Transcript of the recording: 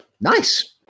Nice